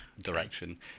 direction